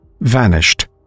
vanished